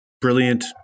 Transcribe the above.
brilliant